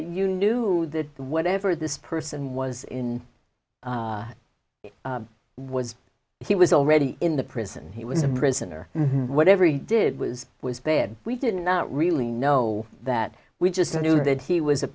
you knew that whatever this person was in was he was already in the prison he was a prisoner whatever he did was was bad we didn't really know that we just knew that he was a